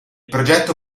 progetto